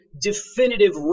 definitive